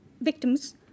victims